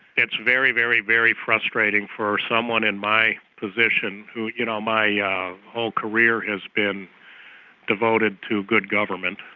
it's very, very, very frustrating for someone in my position who, you know, my yeah whole career has been devoted to good government.